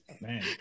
man